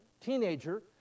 teenager